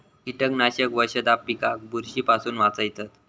कीटकनाशक वशधा पिकाक बुरशी पासून वाचयतत